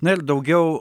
na ir daugiau